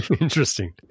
Interesting